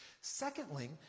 Secondly